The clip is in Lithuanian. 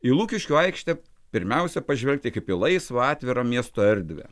į lukiškių aikštę pirmiausia pažvelgti kaip į laisvą atvirą miesto erdvę